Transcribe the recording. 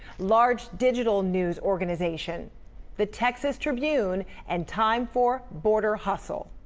large digital news organization the texas tribune and time for border hustle.